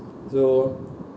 so